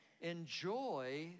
enjoy